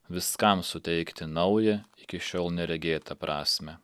viskam suteikti naują iki šiol neregėtą prasmę